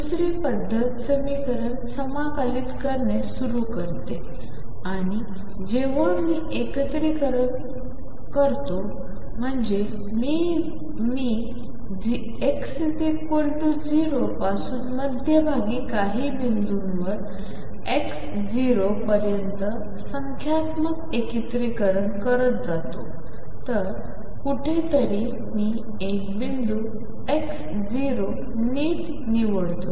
दुसरी पद्धत समीकरण समाकलित करणे सुरू करते आणि जेव्हा मी एकीकरण म्हणतो म्हणजे मी x0 पासून मध्यभागी काही बिंदू x0 पर्यंत संख्यात्मक एकत्रीकरण करत जातो तर कुठेतरी मी एक बिंदू x0 नीट निवडतो